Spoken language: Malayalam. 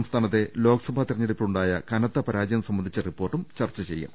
സംസ്ഥാനത്തെ ലോക്സഭാ തെരഞ്ഞെടുപ്പിലുണ്ടായ കനത്ത പരാജയം സംബന്ധിച്ച റിപ്പോർട്ടും ചർച്ച ചെയ്യും